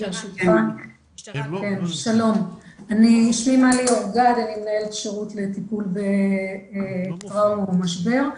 אני מנהלת שירות לטיפול בטראומה ומשבר.